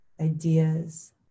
ideas